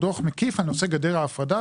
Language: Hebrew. דוח מקיף על נושא גדר ההפרדה,